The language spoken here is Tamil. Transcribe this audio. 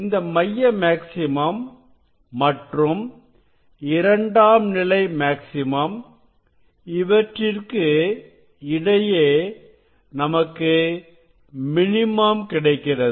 இந்த மைய மேக்ஸிமம் மற்றும் இரண்டாம் நிலை மேக்ஸிமம் இவற்றிற்கு இடையே நமக்கு மினிமம் கிடைக்கிறது